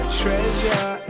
treasure